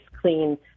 clean